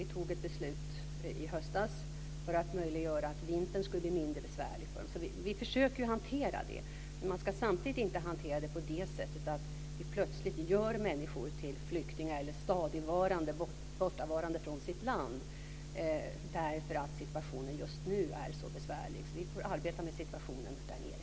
Vi fattade ett beslut i höstas för att möjliggöra att vintern skulle bli mindre besvärlig för dessa människor. Men man ska samtidigt inte hantera det så att vi plötsligt gör människor till flyktingar, ständigt bortavarande från sitt land därför att situationen just nu är så besvärlig. Vi får alltså arbeta med problemen där nere.